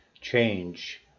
change